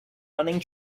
running